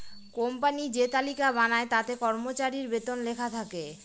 company যে তালিকা বানায় তাতে কর্মচারীর বেতন লেখা থাকে